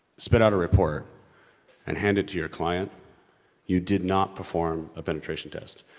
spit out a report and hand it to your client you did not perform a penetration test.